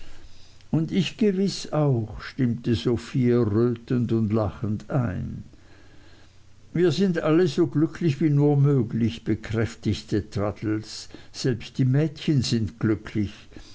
und ich gewiß auch stimmte sophie errötend und lachend ein wir sind alle so glücklich wie nur möglich bekräftigte traddles selbst die mädchen sind glücklich